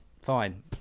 Fine